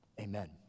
Amen